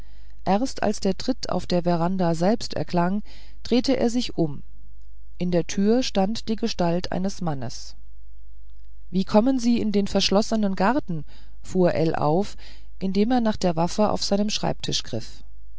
erst als der tritt auf der veranda selbst erklang drehte er sich um in der tür stand die gestalt eines mannes wie kommen sie in den verschlossenen garten fuhr ell auf indem er nach der waffe auf seinem schreibtisch griff